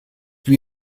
wie